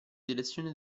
direzione